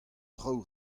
traoù